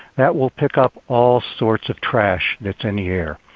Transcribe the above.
that will pick up all sorts of trash that's in the air.